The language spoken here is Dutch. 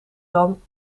dan